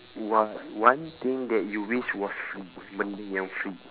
what one thing that you wish was free benda yang free